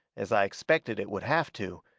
as i expected it would have to,